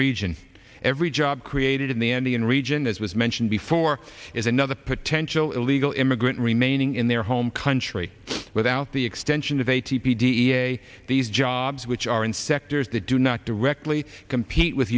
region every job created in the andean region as was mentioned before is another potential illegal immigrant remaining in their home country without the extension of a t p d a these jobs which are in sectors that do not directly compete with